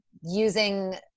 using